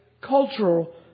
cultural